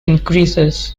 increases